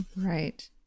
Right